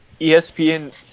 ESPN